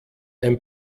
ein